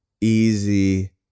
easy